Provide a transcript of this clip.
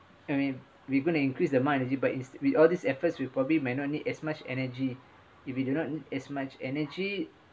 I mean we're going to increase the amount of energy but is with all these efforts we probably might not need as much energy if we do not need as much energy